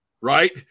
right